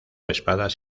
espadas